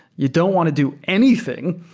you don't want to do anything.